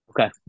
Okay